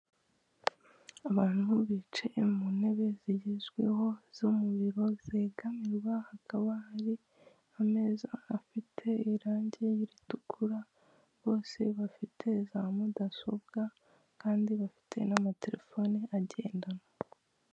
Abantu bicaye mu ntebe zigezweho zo mubiro zegamirwa, hakaba hari ameza afite irange ritukura, bose bafite za mudasobwa kandi bakaba bafite ni amatelefone agendanwa.